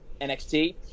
NXT